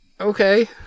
Okay